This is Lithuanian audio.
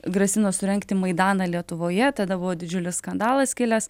grasino surengti maidaną lietuvoje tada buvo didžiulis skandalas kilęs